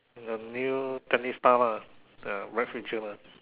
the new tennis star lah got bright future lah